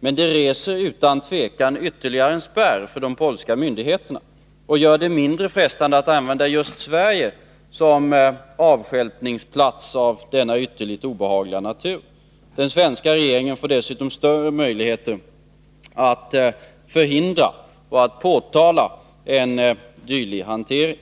Men det reser utan tvivel ytterligare en spärr för de polska myndigheterna och gör det mindre frestande att på detta ytterligt obehagliga sätt använda just Sverige som avstjälpningsplats. Den svenska regeringen får dessutom större möjligheter att förhindra och påtala en dylik hantering.